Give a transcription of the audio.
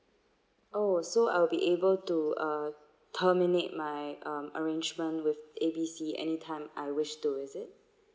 oh so I will be able to uh terminate my um arrangement with A B C anytime I wish to is it